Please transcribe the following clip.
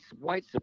white